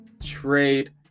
trade